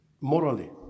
morally